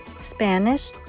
Spanish